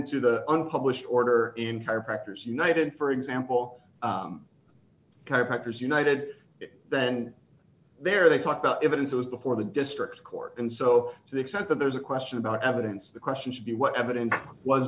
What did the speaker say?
to the unpublished order in chiropractors united for example chiropractors united then there they talk about evidence it was before the district court and so to the extent that there's a question about evidence the question should be what evidence was